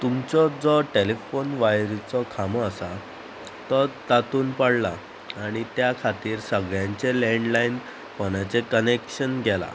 तुमचो जो टॅलिफोन वायरीचो खांबो आसा तो तातूंत पडला आनी त्या खातीर सगळ्यांचे लॅंडलायन फोनाचें कनेक्शन गेलां